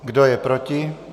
Kdo je proti?